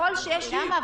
למה?